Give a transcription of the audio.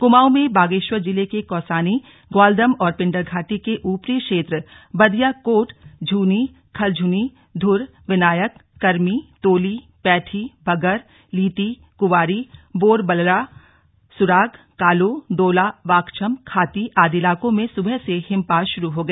कुमाऊं में बागेश्वर जिले के कौसानी ग्वालदम और पिंडर घाटी के ऊपरी क्षेत्र बदियाकोट झूनी खलझुनी धुर विनायक कर्मी तोली पैठी बघर लीती कुंवारी बोरबलड़ा सुराग कालो डोला वाछम खाती आदि इलाकों में सुबह से हिमपात शुरू हो गया